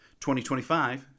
2025